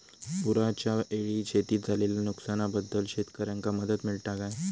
पुराच्यायेळी शेतीत झालेल्या नुकसनाबद्दल शेतकऱ्यांका मदत मिळता काय?